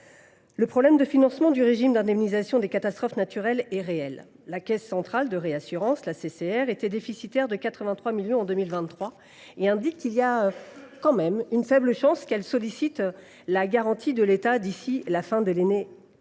Le problème de financement du régime d’indemnisation des catastrophes naturelles est réel. La Caisse centrale de réassurance (CCR) était déficitaire de 83 millions d’euros en 2023. Selon ses représentants, il existe de faibles chances qu’elle sollicite la garantie de l’État d’ici à la fin de l’année 2024.